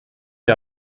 der